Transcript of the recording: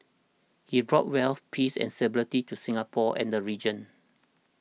he brought wealth peace and stability to Singapore and the region